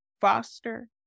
foster